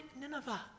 Nineveh